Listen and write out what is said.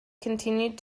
continued